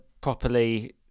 properly